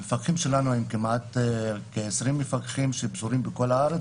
המפקחים שלנו הם כמעט כעשרים מפקחים שפזורים בכל הארץ,